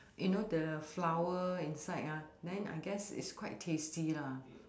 you know the flower inside ah then I guess is quite tasty lah